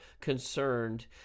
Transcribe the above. concerned